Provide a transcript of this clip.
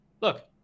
Look